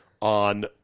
on